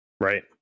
Right